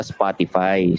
Spotify